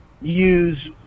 Use